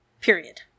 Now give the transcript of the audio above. period